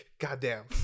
Goddamn